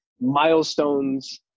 milestones